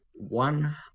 one